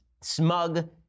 smug